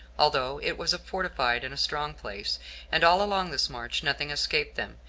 although it was a fortified and a strong place and all along this march nothing escaped them,